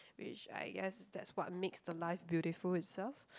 which I guess that's what makes the life beautiful itself